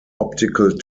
optical